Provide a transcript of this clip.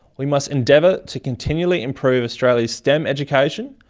we must endeavour to continually improve australia's stem education.